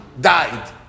died